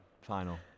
final